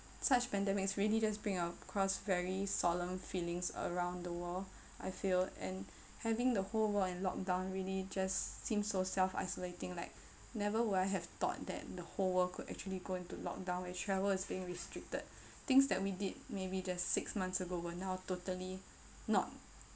such pandemics really just bring across very solemn feelings around the world I feel and having the whole world in lockdown really just seems so self-isolating like never would I have thought that the whole world could actually go into lockdown where travel is being restricted things that we did maybe just six months ago were now totally not